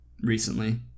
recently